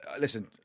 listen